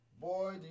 Boy